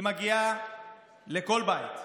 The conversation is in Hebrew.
היא מגיעה לכל בית.